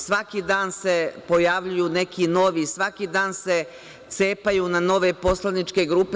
Svaki dan se pojavljuju neki novi, svaki dan se cepaju na nove poslaničke grupe.